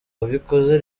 abikoze